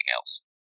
else